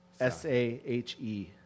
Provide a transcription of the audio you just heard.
S-A-H-E